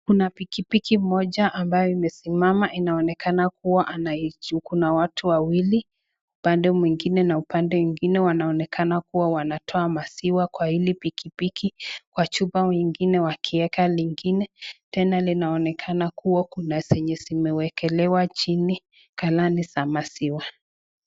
Kuna pikipiki moja ambayo imesimama inaonekana kua anaichu, kuna watu wawili upande mwingine na upande mwingine wanaonekana kua wanatoa maziwa kwa hili pikipiki kwa chupa ingine wakiweka lingine. Tena inaonekana kua kuna zenye zimewekelewa chini galani za maziwa.